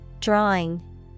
Drawing